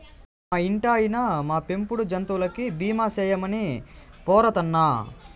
మా ఇంటాయినా, మా పెంపుడు జంతువులకి బీమా సేయమని పోరతన్నా